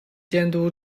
监督